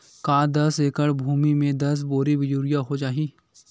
का दस एकड़ भुमि में दस बोरी यूरिया हो जाही?